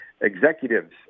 executives